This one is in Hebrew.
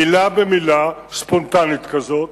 מלה במלה ספונטנית כזאת,